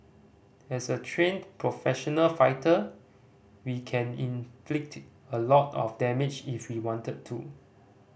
as a trained professional fighter we can inflict a lot of damage if we wanted to